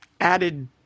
added